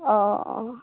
অঁ অঁ